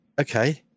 Okay